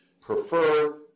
prefer